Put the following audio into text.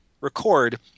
record